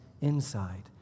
inside